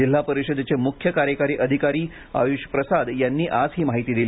जिल्हापरिषदेचे मुख्य कार्यकारी अधिकारी आयुष प्रसाद यांनी आज ही माहिती दिली